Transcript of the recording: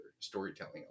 storytelling